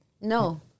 No